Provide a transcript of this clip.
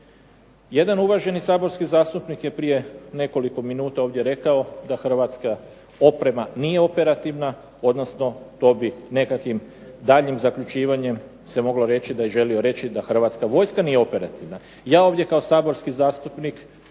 Jedan uvaženi saborski zastupnik je prije nekoliko minuta ovdje rekao da hrvatska oprema nije operativna, odnosno to bi nekakvih daljnjim zaključivanjem se moglo reći da je želio reći da Hrvatska vojska nije operativna. Ja ovdje kao saborski zastupnik